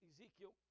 Ezekiel